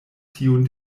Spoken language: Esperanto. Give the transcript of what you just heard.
tiun